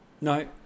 no